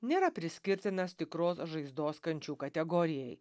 nėra priskirtinas tikros žaizdos kančių kategorijai